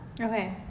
Okay